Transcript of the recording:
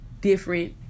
different